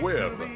Web